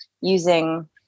using